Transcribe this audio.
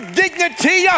dignity